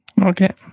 okay